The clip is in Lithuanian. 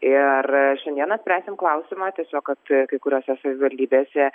ir šiandieną spręsime klausim tiesiog kad kai kuriose savivaldybėse